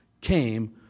came